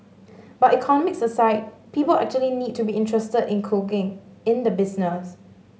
but economics aside people actually need to be interested in cooking in the business